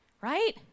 right